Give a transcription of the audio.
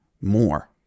more